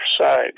side